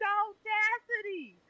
audacity